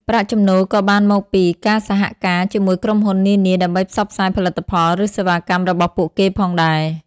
ប្រាក់ចំណូលក៏បានមកពីការសហការជាមួយក្រុមហ៊ុននានាដើម្បីផ្សព្វផ្សាយផលិតផលឬសេវាកម្មរបស់ពួកគេផងដែរ។